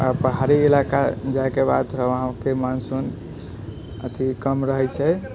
आओर पहाड़ी इलाका जाइके बाद थोड़ा वहाँ पर मानसून अथी कम रहै छै